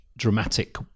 dramatic